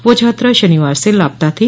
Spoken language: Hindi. वह छात्रा शनिवार से लापता थी